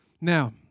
Now